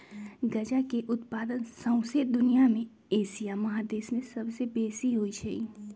गजा के उत्पादन शौसे दुनिया में एशिया महादेश में सबसे बेशी होइ छइ